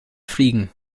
fliegen